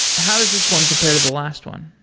how is this one compared to the last one?